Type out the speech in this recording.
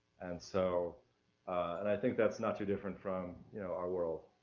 and so and i think that's not too different from you know our world.